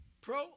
pro